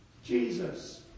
Jesus